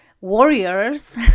warriors